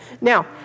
now